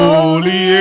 Holy